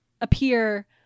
appear